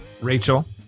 Rachel